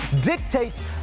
dictates